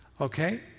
Okay